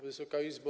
Wysoka Izbo!